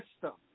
system